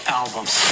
albums